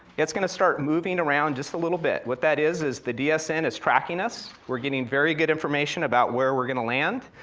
it's gonna start moving around just a little bit. what that is is the dsn is tracking us, we're getting very good information about where we're gonna land,